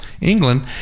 England